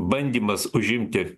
bandymas užimti